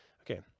Okay